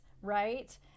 right